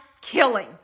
killing